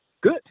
good